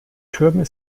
türme